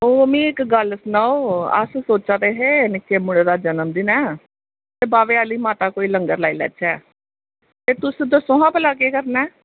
ते एह् मिगी गल्ल सनाओ अस सोचा दे हे की निक्के मुढ़े दा जनम दिन ऐ ते बाह्वे आह्ली माता कोई लंगर लाई लैचे ते तुस दस्सो आं भला केह् करना ऐ